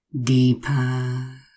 deeper